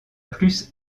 plus